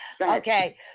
Okay